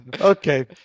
okay